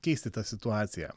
keisti tą situaciją